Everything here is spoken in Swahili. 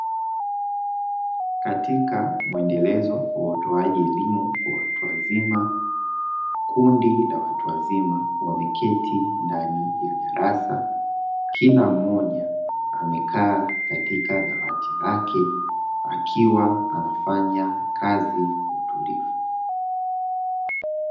Katika muendelezo wa utoaji elimu kwa watu wazima, kundi la watu wazima wameketi ndani ya darasa kila mmoja amekaa katika dawati lake akiwa anafanya kazi kwa utulivu.